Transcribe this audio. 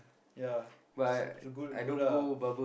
ya so good good ah